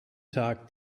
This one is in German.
tag